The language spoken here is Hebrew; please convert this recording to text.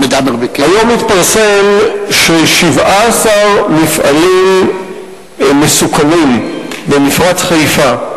היום התפרסם ש-17 מפעלים מסוכנים במפרץ חיפה,